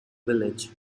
village